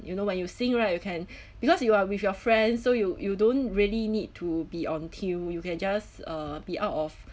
you know when you sing right you can because you are with your friends so you you don't really need to be on tune you can just uh be out of